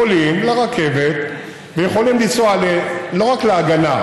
עולים לרכבת ויכולים לנסוע לא רק להגנה,